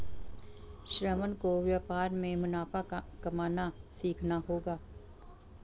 श्रवण को व्यापार में मुनाफा कमाना सीखना होगा